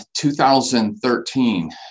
2013